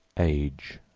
age,